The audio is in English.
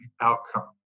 outcome